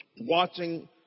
watching